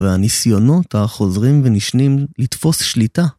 והניסיונות החוזרים ונשנים לתפוס שליטה.